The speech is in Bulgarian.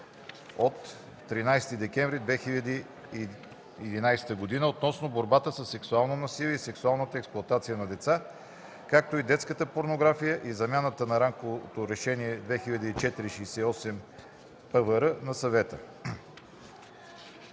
от 13 декември 2011 г. относно борбата със сексуално насилие и сексуалната експлоатация на деца, както и с детската порнография и за замяна на Рамково решение 2004/68/ПВР на Съвета.